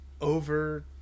over